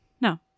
No